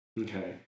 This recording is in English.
Okay